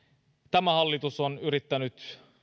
tämä hallitus on yrittänyt